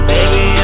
Baby